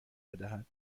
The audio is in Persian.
بدهد